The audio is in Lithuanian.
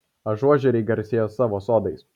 ažuožeriai garsėja savo sodais